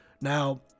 Now